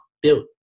built